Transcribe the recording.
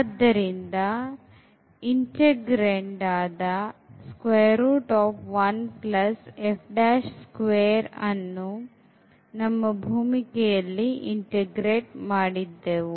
ಆದ್ದರಿಂದ ನಾವು integrand ಆದಅನ್ನು ನಮ್ಮ ಭೂಮಿಕೆಯಲ್ಲಿ integrate ಮಾಡಿದ್ದೆವು